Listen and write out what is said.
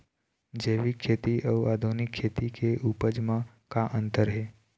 जैविक खेती अउ आधुनिक खेती के उपज म का अंतर हे?